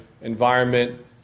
environment